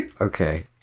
Okay